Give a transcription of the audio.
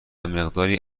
مقداری